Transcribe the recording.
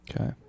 Okay